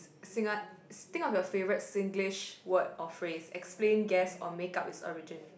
Singa~ think of your favorite Singlish word or phrase explain guess or make up it's origin